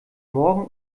morgen